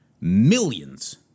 millions